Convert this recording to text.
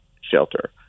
shelter